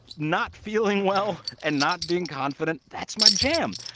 not feeling well and not being confident, that's my jam.